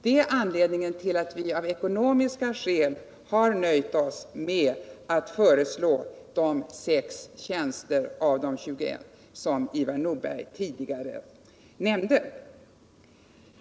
Detta är anledningen till att vi av ekonomiska skäl har nöjt oss med att föreslå sex tjänster av de 21 som Ivar Nordberg tidigare nämnde.